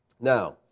Now